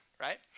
right